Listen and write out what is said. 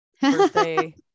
birthday